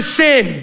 sin